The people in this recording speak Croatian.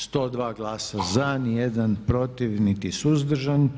102 glasa za, nijedan protiv niti suzdržan.